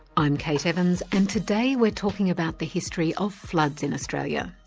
i'm kate evans, and today we're talking about the history of floods in australia,